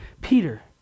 Peter